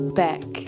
back